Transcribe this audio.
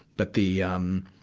but the, um,